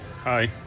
Hi